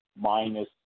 Minus